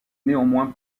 néanmoins